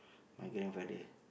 my grandfather